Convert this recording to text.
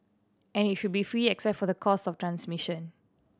and it should be free except for the cost of transmission